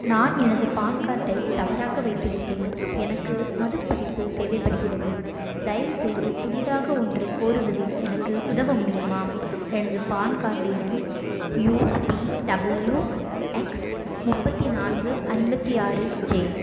நான் எனது பான் கார்டை தவறாக வைத்துவிட்டேன் எனக்கு மறுபதிப்பு தேவைப்படுகிறது தயவுசெய்து புதிதாக ஒன்றைக் கோருவதில் எனக்கு உதவ முடியுமா எனது பான் கார்டு எண் யு வி டபிள்யூ எக்ஸ் முப்பத்தி நான்கு ஐம்பத்தி ஆறு ஜே